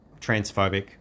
transphobic